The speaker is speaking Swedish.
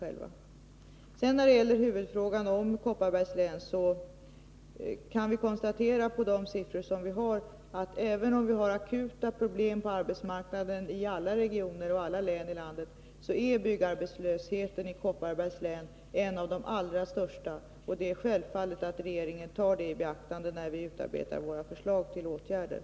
När det sedan gäller huvudfrågan om byggarbetslösheten i Kopparbergs län kan vi av de siffror som vi har konstatera att Kopparbergs län, även om alla regioner och län i vårt land har akuta problem på arbetsmarknaden, har bland de högsta talen för byggarbetslösheten. Det är självklart att regeringen Nr 122 tar det i beaktande när den utarbetar sina förslag till åtgärder.